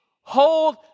hold